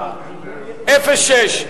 לסעיף 06,